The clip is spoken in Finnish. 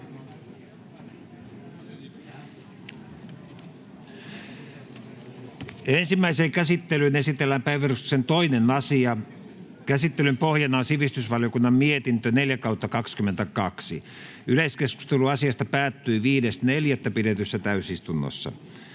Ensimmäiseen käsittelyyn esitellään päiväjärjestyksen 2. asia. Käsittelyn pohjana on sivistysvaliokunnan mietintö SiVM 4/2022 vp. Yleiskeskustelu asiasta päättyi 5.4.2022 pidetyssä täysistunnossa.